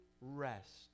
rest